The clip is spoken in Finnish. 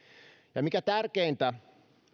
ja mikä tärkeintä